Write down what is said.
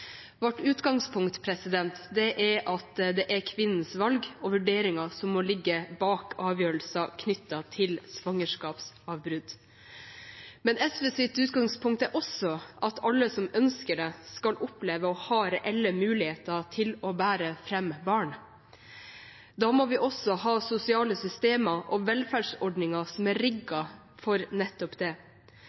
er at det er kvinnens valg og vurderinger som må ligge bak avgjørelser knyttet til svangerskapsavbrudd, men SVs utgangspunkt er også at alle som ønsker det, skal oppleve å ha reelle muligheter til å bære fram barn. Da må vi ha sosiale systemer og velferdsordninger som er rigget for nettopp det.